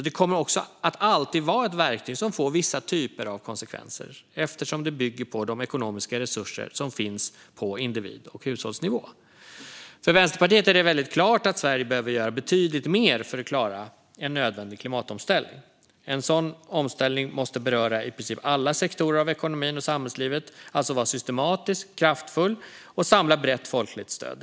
Det kommer också alltid att vara ett verktyg som får vissa typer av konsekvenser eftersom det bygger på de ekonomiska resurser som finns på individ och hushållsnivå. För Vänsterpartiet är det väldigt klart att Sverige behöver göra betydligt mer för att klara en nödvändig klimatomställning. En sådan omställning måste beröra i princip alla sektorer av ekonomin och samhällslivet. Den måste alltså vara systematisk och kraftfull och samla brett folkligt stöd.